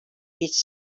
hiç